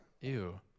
Ew